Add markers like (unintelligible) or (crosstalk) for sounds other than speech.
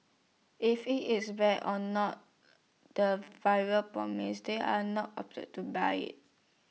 if IT is bad or not (hesitation) the variety promised they are not (unintelligible) to buy IT